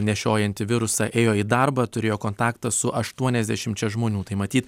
nešiojanti virusą ėjo į darbą turėjo kontaktą su aštuoniasdešimčia žmonių tai matyt